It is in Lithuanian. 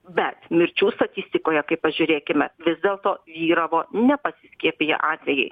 bet mirčių statistikoje kaip pažiūrėkime vis dėlto vyravo nepasiskiepiję atvejai